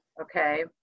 okay